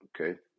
okay